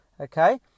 okay